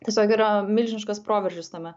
tiesiog yra milžiniškas proveržis tame